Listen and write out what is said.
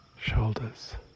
shoulders